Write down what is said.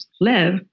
live